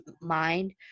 mind